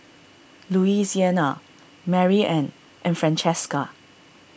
Louisiana Maryann and Francesca